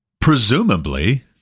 Presumably